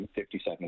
57